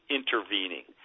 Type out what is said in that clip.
intervening